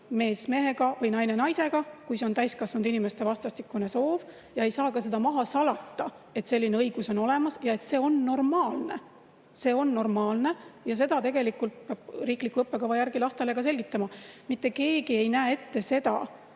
mees mehega või naine naisega, kui see on täiskasvanud inimeste vastastikune soov, ja ei saa ka seda maha salata, et selline õigus on olemas ja see on normaalne. See on normaalne ja seda tegelikult peab riikliku õppekava järgi lastele selgitama. Mitte keegi ei näe ette seda,